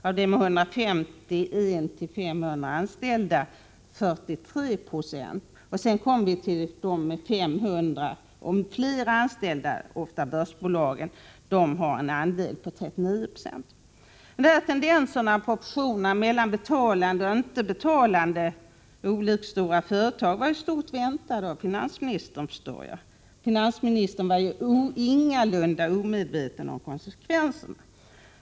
Av de med 151-500 anställda betalar 43 96 vinstdelningsskatt, och av de företag som har mer än 500 anställda — ofta börsbolagen — betalar 39 90 vinstdelningsskatt. Men dessa tendenser och proportioner mellan betalande och inte betalande olikstora företag var i stort sett väntade av finansministern, förstår jag. Finansministern var ju ingalunda omedveten om konsekvenserna.